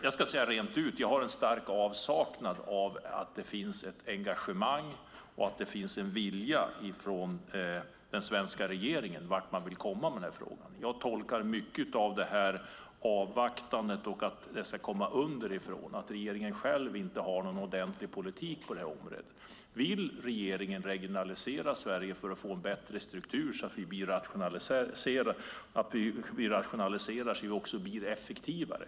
Jag ska säga rent ut att jag känner att det finns en stark avsaknad av ett engagemang och en vilja hos den svenska regeringen när det gäller vart man vill komma med frågan. Jag tolkar mycket av avvaktandet och inställningen att det hela ska komma underifrån som att regeringen själv inte har någon ordentlig politik på området. Vill regeringen regionalisera Sverige för att få en bättre struktur så att vi blir rationaliserade och därmed också effektivare?